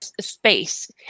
space